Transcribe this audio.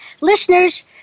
Listeners